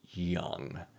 young